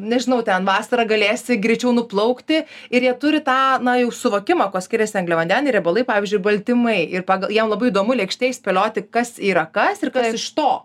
nežinau ten vasarą galėsi greičiau nuplaukti ir jie turi tą na jau suvokimą kuo skiriasi angliavandeniai riebalai pavyzdžiui baltymai ir paga jiem labai įdomu lėkštėj spėlioti kas yra kas ir kas iš to